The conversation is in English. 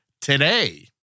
today